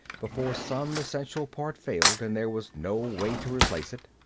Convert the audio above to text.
before some essential part failed and there was no way to replace it.